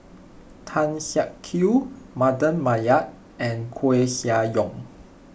Tan Siak Kew Mardan Mamat and Koeh Sia Yong